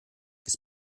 ist